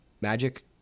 magic